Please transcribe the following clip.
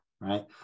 right